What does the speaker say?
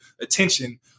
attention